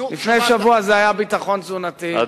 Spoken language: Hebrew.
לפני שבוע זה היה ביטחון תזונתי,